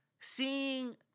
Seeing